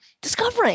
discovering